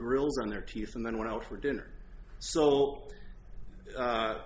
grills on their teeth and then went out for dinner so